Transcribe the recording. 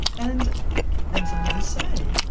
and as i always say,